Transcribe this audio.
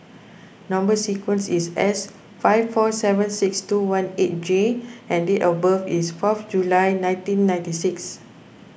Number Sequence is S five four seven six two one eight J and date of birth is fourth July nineteen ninety six